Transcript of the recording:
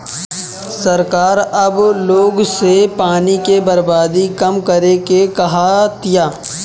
सरकार अब लोग से पानी के बर्बादी कम करे के कहा तिया